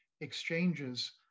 exchanges